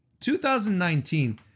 2019